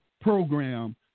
program